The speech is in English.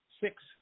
Six